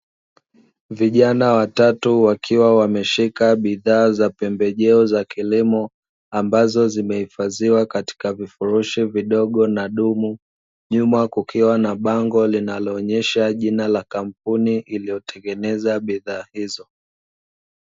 Vijana watatu, wakiwa wameshika bidhaa za pembejeo za kilimo, ambazo zimehifadhiwa katika vifurushi vidogo na dumu, nyuma kukiwa na bango linaloonyesha jina la kampuni iliyotengenezwa bidhaa hizo.